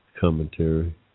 commentary